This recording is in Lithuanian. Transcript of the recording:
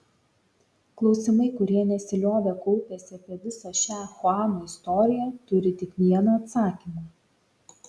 klausimai kurie nesiliovė kaupęsi apie visą šią chuano istoriją turi tik vieną atsakymą